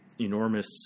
enormous